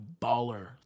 baller